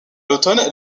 l’automne